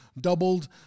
doubled